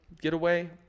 getaway